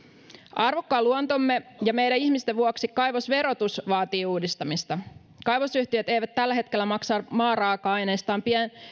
arvokkaan luontomme ja meidän ihmisten vuoksi kaivosverotus vaatii uudistamista kaivosyhtiöt eivät tällä hetkellä maksa maaraaka aineistaan